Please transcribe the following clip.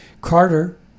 Carter